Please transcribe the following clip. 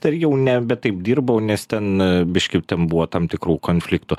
tar jau ne bet taip dirbau nes ten biškį ten buvo tam tikrų konfliktų